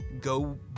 Go